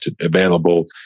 available